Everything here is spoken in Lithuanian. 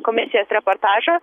komisijos reportažą